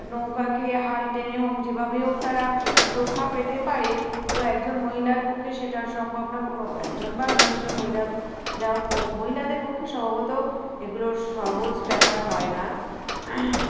নৌকাকে হাল টেনে হোক যেভাবে হোক তারা রক্ষা পেতে পারে তো একজন মহিলার পক্ষে সেটা সম্ভব না কোনো একজন বা দশজন মহিলার যা হোক মহিলাদের পক্ষে সম্ভবত এগুলোর সহজ ব্যাপার হয় না